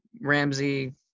Ramsey